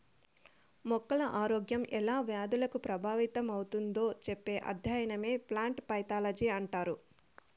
మొక్కల ఆరోగ్యం ఎలా వ్యాధులకు ప్రభావితమవుతుందో చెప్పే అధ్యయనమే ప్లాంట్ పైతాలజీ అంటారు